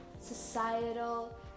societal